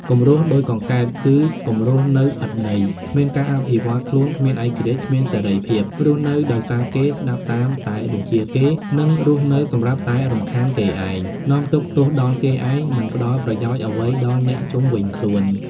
កុំរស់ដូចកង្កែប គឺកុំរស់នៅឥតន័យ គ្មានការអភិវឌ្ឍខ្លួន គ្មានឯករាជ្យ គ្មានសេរីភាព រស់នៅដោយសារគេ ស្តាប់តាមតែបញ្ជារគេ និងរស់នៅសម្រាប់តែរំខានគេឯង នាំទុក្ខទោសដល់គេឯង មិនផ្តល់ប្រយោជន៍អ្វីដល់អ្នកជុំវិញខ្លួន ។